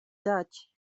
dutch